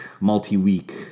multi-week